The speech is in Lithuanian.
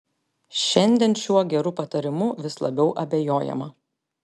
šiandien šiuo geru patarimu vis labiau abejojama